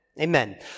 Amen